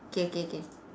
K K K